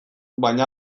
baina